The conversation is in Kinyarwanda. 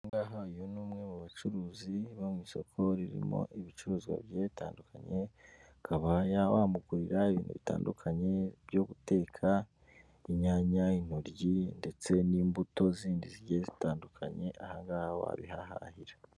Ahangaha uyu ni umwe mu bacuruzi baba mu isoko ririmo ibicuruzwa bigiye bitandukanye, ukaba wa wamugurira ibintu bitandukanye byo guteka; inyanya, intoryi ndetse n'imbuto zindi zigiye zitandukanye; ahangaha wabihahahira.